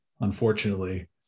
unfortunately